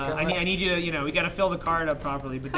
i mean i need you you know, we've got to fill the card up properly.